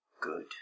Good